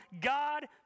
God